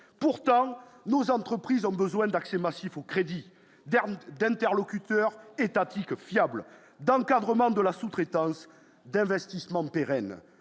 pourtant nos entreprises ont besoin d'accès massif au crédit d'interlocuteurs étatiques fiables d'encadrement de la sous-traitance d'investissement pérenne,